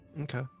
Okay